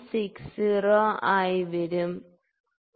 60 ആയി വരും ശരി